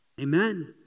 Amen